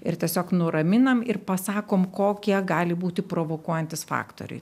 ir tiesiog nuraminam ir pasakom kokie gali būti provokuojantys faktoriai